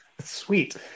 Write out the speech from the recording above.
Sweet